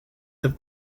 have